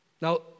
Now